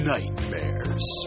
Nightmares